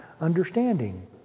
understanding